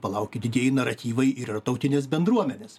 palaukit didieji naratyvai yra ir tautinės bendruomenės